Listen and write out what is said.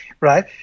right